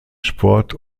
sport